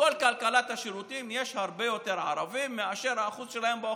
בכל כלכלת השירותים יש הרבה יותר ערבים מאשר האחוז שלהם באוכלוסייה,